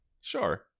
Sure